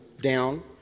down